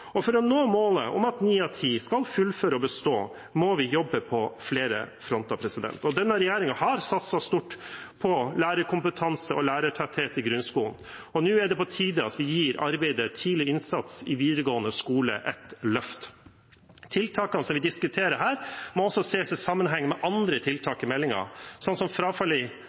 For å nå målet om at ni av ti skal fullføre og bestå, må vi jobbe på flere fronter. Denne regjeringen har satset stort på lærerkompetanse og lærertetthet i grunnskolen, og nå er det på tide at vi gir arbeidet med tidlig innsats i videregående skole et løft. Tiltakene vi diskuterer her, må også ses i sammenheng med andre tiltak i meldingen, siden frafallet i videregående skole er et komplekst problem med mange årsaker. Tiltakene i